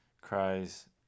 cries